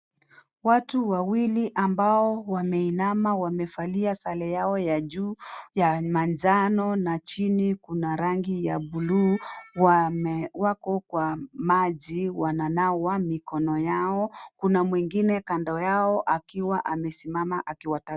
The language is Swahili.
Watu wawili ambao wameinama wamevalia sare yao ya juu ya manjano na chini kuna rangi ya bulu wako kwa maji wananawa mikono yao, kuna mwingine kando yao akiwa amesimama akiwa tazama.